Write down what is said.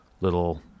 little